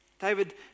David